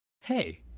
Hey